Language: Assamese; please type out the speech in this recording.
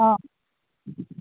অঁ